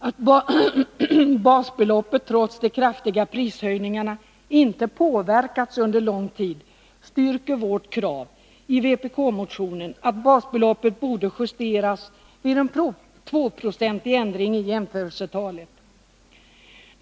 Att basbeloppet trots de kraftiga prishöjningarna inte påverkats under lång tid styrker vårt krav i vpk-motionen att basbeloppet borde justeras vid en 2-procentig ändring i jämförelsetalet.